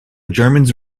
germans